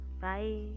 bye